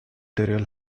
tutorial